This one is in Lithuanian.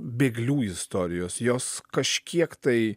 bėglių istorijos jos kažkiek tai